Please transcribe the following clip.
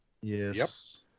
yes